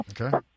Okay